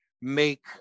make